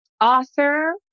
author